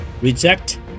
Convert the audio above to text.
reject